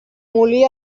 molí